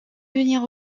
venir